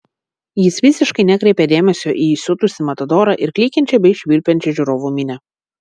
jis visiškai nekreipė dėmesio į įsiutusį matadorą ir klykiančią bei švilpiančią žiūrovų minią